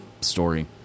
story